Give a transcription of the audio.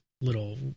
little